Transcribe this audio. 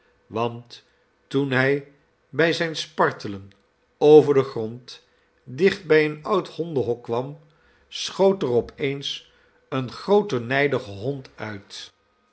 want toen hij bij zijn spartelen over den grond dicht bij een oud hondenhok kwam schoot er op eens een groote nijdige hond uit